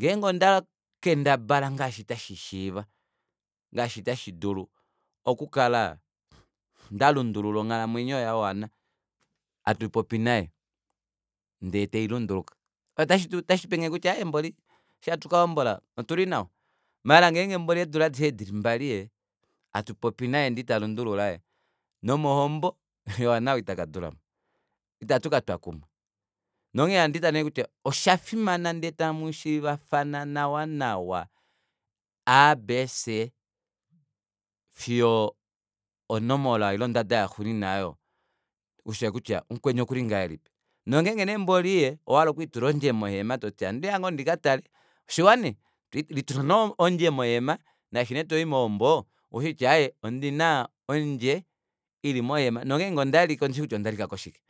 ngenge ondakendabala ngaashi tashishiiva ngaashi tashidulu okukala ndalundulula onghalamwenyo ya johanna hatu popi naye ndee tailunduluka otashipenge kutya aaye mboli eshi hatu kahombola otuli nawa maala mboli ngenge eedula adishe edi dilimbali hatu popi naye ndee italundulula ee nomohombo johanna ou itakadulamo itatu katwa kumwe nonghee ohanditale ashike kutya oshafimana ndee tamushiivafana nawa nawa a. B, c fiyo onomola ile ondada yaxuuninwa aayo ushikutya mukweni okuli ngahelipi nongenge neemboli ee owahala okwiitula ondje mohema toti handiya ngoo ndikatale oshiwa nee litula nee ondje mohema naashi nee toi mohombo oushikutya aaye ondina ondje ili mohema nongenge ondalika ondishi kutya ondalika koshike